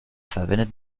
verwendet